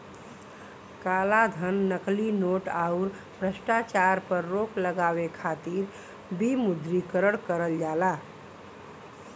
कालाधन, नकली नोट, आउर भ्रष्टाचार पर रोक लगावे खातिर विमुद्रीकरण करल जाला